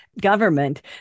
government